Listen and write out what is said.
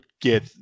get